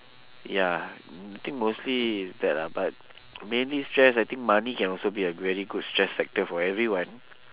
ya mm I think mostly is that lah but mainly stress I think money can also be a very good stress factor for everyone